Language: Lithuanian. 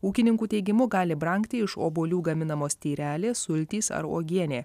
ūkininkų teigimu gali brangti iš obuolių gaminamos tyrelės sultys ar uogienė